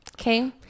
okay